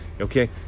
okay